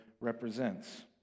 represents